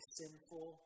sinful